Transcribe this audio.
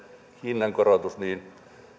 hinnankorotus